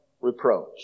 reproach